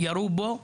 ירו בו ובפועל,